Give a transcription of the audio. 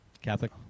Catholic